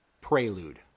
Prelude